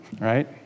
right